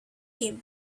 him